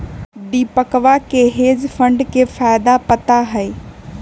दीपकवा के hedge fund के फायदा पता हई